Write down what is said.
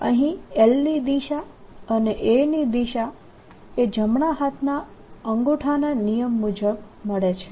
અહીં l ની દિશા અને A ની દિશા એ જમણા હાથના અંગુઠાના નિયમ મુજબ મળે છે